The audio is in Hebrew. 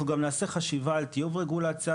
אנחנו גם נעשה חשיבה על טיוב רגולציה,